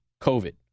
COVID